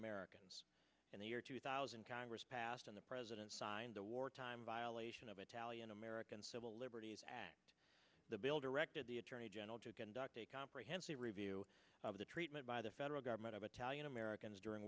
americans in the year two thousand congress passed on the president signed the wartime violation of italian american civil liberties at the build a record the attorney general just conduct a comprehensive review of the treatment by the federal government of italian americans during